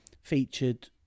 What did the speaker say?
featured